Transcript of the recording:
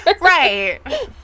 Right